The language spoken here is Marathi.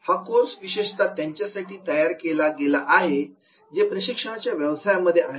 हा कोर्स विशेषता त्यांच्यासाठी तयार केला गेला आहे हे जे प्रशिक्षणाच्या व्यवसायांमध्ये आहेत